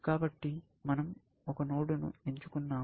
కాబట్టి మనం ఒక నోడ్ను ఎంచుకున్నాము